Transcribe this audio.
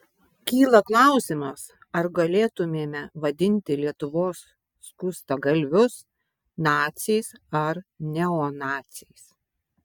kyla klausimas ar galėtumėme vadinti lietuvos skustagalvius naciais ar neonaciais